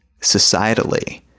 societally